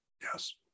yes